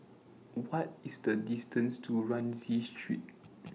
What IS The distance to Rienzi Street